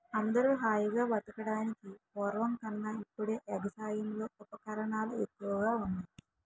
అందరూ హాయిగా బతకడానికి పూర్వం కన్నా ఇప్పుడే ఎగసాయంలో ఉపకరణాలు ఎక్కువగా ఉన్నాయ్